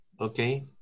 okay